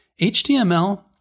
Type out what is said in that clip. HTML